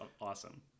awesome